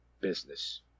business